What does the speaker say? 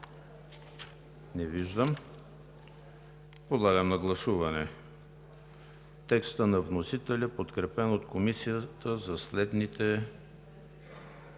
Не виждам. Подлагам на гласуване текстовете на вносителя, подкрепени от Комисията, за следните